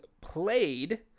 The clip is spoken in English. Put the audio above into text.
played